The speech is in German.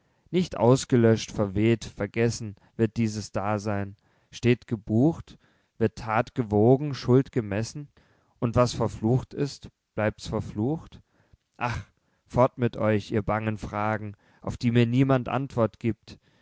nicht ausgelöscht verweht vergessen wird dieses dasein steht gebucht wird that gewogen schuld gemessen und was verflucht ist bleibt's verflucht ach fort mit euch ihr bangen fragen auf die mir niemand antwort giebt